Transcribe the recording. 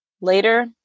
Later